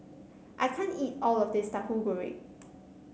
I can't eat all of this Tahu Goreng